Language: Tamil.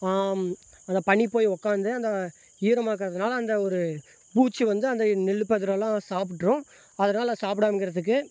அந்த பனி போய் உட்காந்து அந்த ஈரமாக இருக்கிறதுனால அந்த ஒரு பூச்சி வந்து அந்த நெல் பதிரைல்லாம் சாப்பிட்ரும் அதனால் சாப்பிடாம இருக்கிறதுக்கு